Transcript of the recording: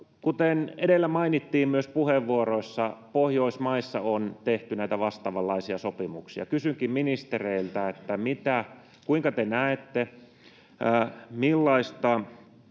Kuten myös edellä mainittiin puheenvuoroissa, Pohjoismaissa on tehty näitä vastaavanlaisia sopimuksia. Kysynkin ministereiltä: Kuinka te näette, millaisia